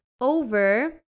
over